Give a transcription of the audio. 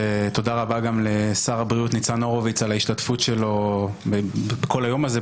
תודה רבה גם לשר הבריאות ניצן הורוביץ על השתתפותו בכל היום הזה,